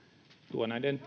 tuo näiden